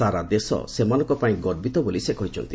ସାରା ଦେଶ ସେମାନଙ୍କ ପାଇଁ ଗର୍ବିତ ବୋଲି ସେ କହିଛନ୍ତି